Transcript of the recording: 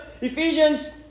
Ephesians